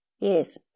Yes